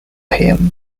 him